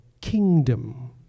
kingdom